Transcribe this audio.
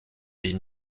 dit